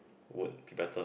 would be better